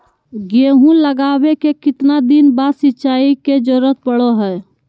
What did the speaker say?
गेहूं लगावे के कितना दिन बाद सिंचाई के जरूरत पड़ो है?